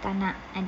tak nak